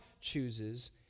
chooses